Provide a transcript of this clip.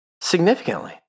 Significantly